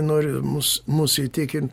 nori mus mus įtikin